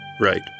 right